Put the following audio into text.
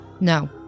No